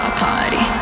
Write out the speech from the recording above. party